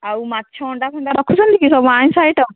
ଆଉ ମାଛ ଅଣ୍ଡା ଫଣ୍ଡା ରଖୁଛନ୍ତି କି ସବୁ ଆଇଁଷ ଆଇଟମ୍